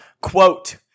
Quote